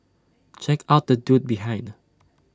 check out the dude behind